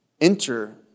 enter